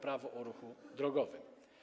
Prawo o ruchu drogowym.